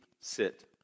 sit